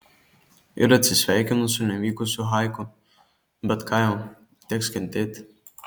ir atsisveikinu su nevykusiu haiku bet ką jau teks kentėti